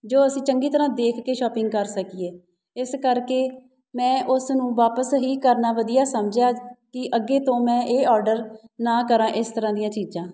ਜੋ ਅਸੀਂ ਚੰਗੀ ਤਰ੍ਹਾਂ ਦੇਖ ਕੇ ਸ਼ੋਪਿੰਗ ਕਰ ਸਕੀਏ ਇਸ ਕਰਕੇ ਮੈਂ ਉਸ ਨੂੰ ਵਾਪਸ ਹੀ ਕਰਨਾ ਵਧੀਆ ਸਮਝਿਆ ਕਿ ਅੱਗੇ ਤੋਂ ਮੈਂ ਇਹ ਔਡਰ ਨਾ ਕਰਾਂ ਇਸ ਤਰ੍ਹਾਂ ਦੀਆਂ ਚੀਜ਼ਾਂ